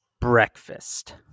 breakfast